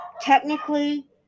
technically